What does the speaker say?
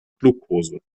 glukose